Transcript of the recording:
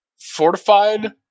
fortified